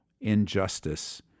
injustice